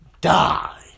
Die